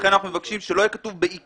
לכן אנחנו מבקשים שלא יהיה כתוב "בעיקר"